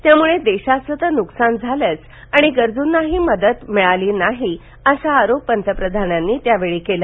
त्यामुळे देशाचं तर नुकसान झालंच आणि गरजूंना मदतही मिळाली नाही असा आरोप पंतप्रधानांनी यावेळी केला